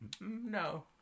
No